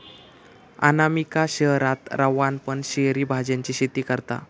अनामिका शहरात रवान पण शहरी भाज्यांची शेती करता